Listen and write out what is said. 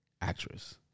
actress